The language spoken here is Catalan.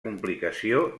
complicació